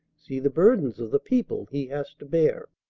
see the burdens of the people he has to bear!